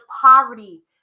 poverty